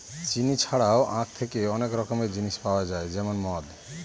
চিনি ছাড়াও আঁখ থেকে অনেক রকমের জিনিস পাওয়া যায় যেমন মদ